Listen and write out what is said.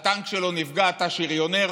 הטנק שלו נפגע, אתה שריונר,